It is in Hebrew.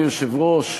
היושב-ראש,